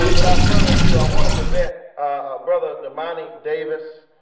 but without further ado, i want to present a brother, damani davis,